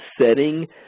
setting